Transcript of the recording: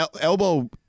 elbow